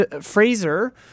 Fraser